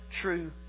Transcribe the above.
true